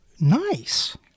Nice